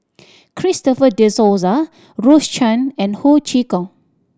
Christopher De Souza Rose Chan and Ho Chee Kong